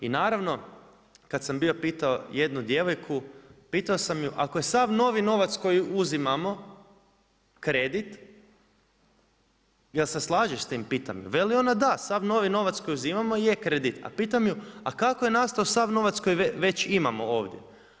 I naravno, kad sam bio pitao jednu djevojku, pitao sam je ako je sav novi novac koji uzimamo kredit, jel' se slažeš s tim, pitam, veli ona da, sav novi novac koji uzimamo je kredit, a pitam ju, a kako je nastao sav novac koji već imamo ovdje?